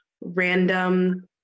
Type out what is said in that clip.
random